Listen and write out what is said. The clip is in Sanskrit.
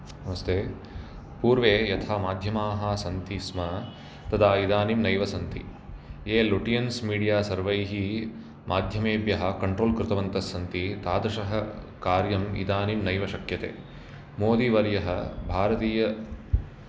नमस्ते पूर्वे यथा मध्यमाः सन्ति स्म तदा इदानीं नैव सन्ति ये लुटियन्स् मिडिया सर्वैः माध्यमेभ्यः कन्ट्रोल् कृतवन्तः सन्ति तादृशः कार्यम् इदानीं नैव शक्यते मोदिवर्यः भारतीय